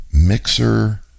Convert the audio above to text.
Mixer